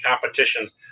competitions